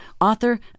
author